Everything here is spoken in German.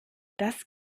das